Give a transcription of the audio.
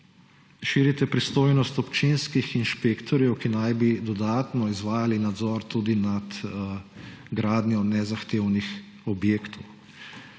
Širite pristojnost občinskih inšpektorjev, ki naj bi dodatno izvajali nadzor tudi nad gradnjo nezahtevnih objektov.